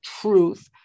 truth